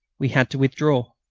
we had to withdraw.